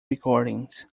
recordings